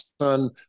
son